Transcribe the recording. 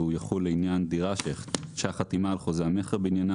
והוא יחול לעניין דירה שהחתימה על חוזה המכר בעניינה